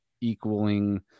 equaling